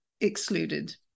excluded